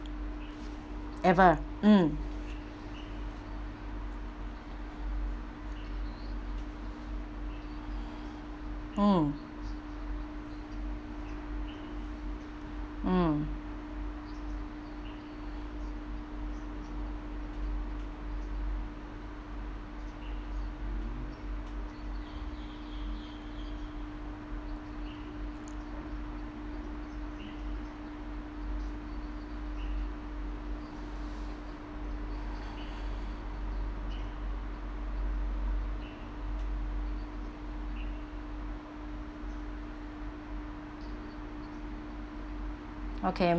ever mm mm mm okay